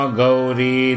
Gauri